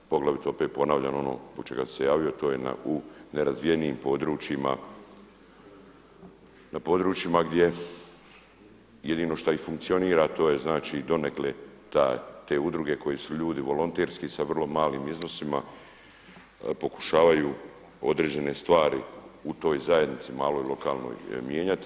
Poglavito opet ponavljam ono zbog čega sam se javio, a to je u nerazvijenijim područjima, na područjima gdje jedino što i funkcionira, a to je znači donekle te udruge koje su ljudi volonterski sa vrlo malim iznosima pokušavaju određene stvari u toj zajednici maloj lokalnoj mijenjati.